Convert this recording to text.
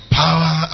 power